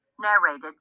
narrated